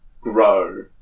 grow